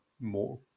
more